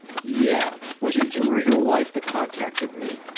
yeah. was it you or your wife that contacted me?